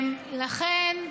לכן,